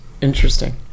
interesting